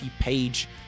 page